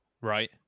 Right